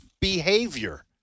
behavior